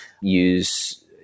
use